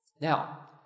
Now